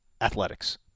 athletics